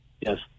Yes